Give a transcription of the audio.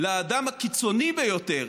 לאדם הקיצוני ביותר